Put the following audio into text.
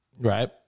right